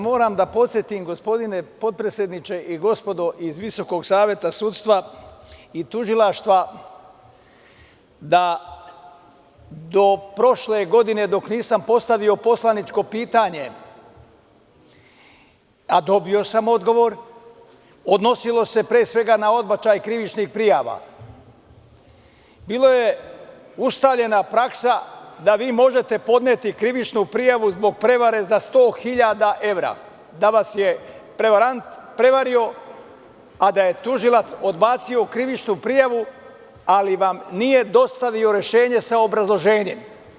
Moram da podsetim, gospodine potpredsedniče i gospodo iz Visokog saveta sudstva i tužilaštva, da do prošle godine, dok nisam postavio poslaničko pitanje, a dobio sam odgovor, odnosilo se pre svega na odbačaj krivičnih prijava, bilo je ustaljena praksa da vi možete podneti krivičnu prijavu zbog prevare za 100 hiljada evra, da vas je prevarant prevario a da je tužilac odbacio krivičnu prijavu, ali vam nije dostavio rešenje sa obrazloženjem.